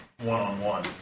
one-on-one